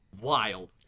wild